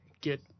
get